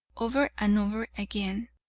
over and over again.